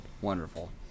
wonderful